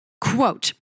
Quote